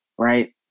Right